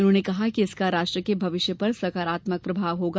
उन्होंने कहा कि इसका राष्ट्र के भविष्य पर सकारात्मक प्रभाव होगा